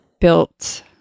built